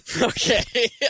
Okay